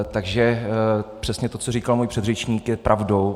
Takže přesně to, co říkal můj předřečník, je pravdou.